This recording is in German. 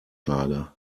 lager